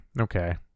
Okay